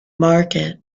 market